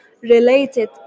related